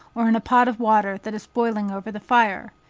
or in a pot of water that is boiling over the fire.